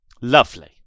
lovely